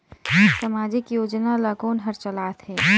समाजिक योजना ला कोन हर चलाथ हे?